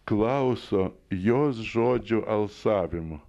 klauso jos žodžių alsavimo